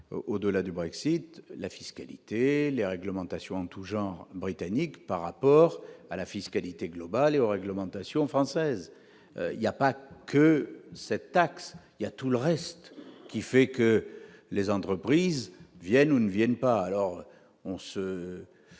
au-delà du Brexit, la fiscalité, les réglementations en tous genres britannique par rapport à la fiscalité globale et aux réglementations françaises il y a pas que cette taxe, il y a tout le reste qui fait que les entreprises viennent ou ne viennent pas, alors on se